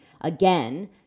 again